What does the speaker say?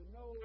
no